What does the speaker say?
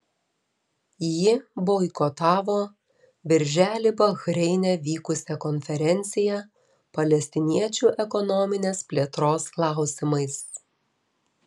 ji boikotavo birželį bahreine vykusią konferenciją palestiniečių ekonominės plėtros klausimais